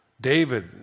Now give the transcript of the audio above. David